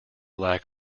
lack